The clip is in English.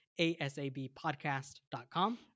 ASABpodcast.com